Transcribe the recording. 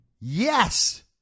Yes